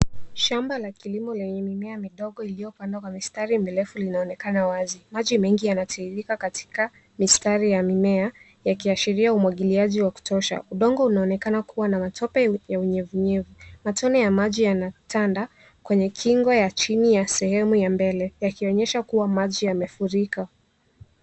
Shamba la kilimo lenye mimea midogo ililopandwa kwa mistari mirefu linaonekana wazi. Maji mengi yanatiririka katika mistari ya mimea yakiashiria umwagiliaji wa kutosha. Udongo unaonekana kuwa na matope ya unyevunyevu. Matone ya maji yanatanda kwenye kingo ya chini ya sehemu ya mbele yakionyesha kuwa maji yamefurika.